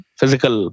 physical